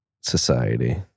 society